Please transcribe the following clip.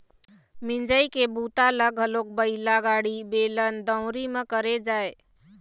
मिंजई के बूता ल घलोक बइला गाड़ी, बेलन, दउंरी म करे जाए